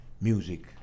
music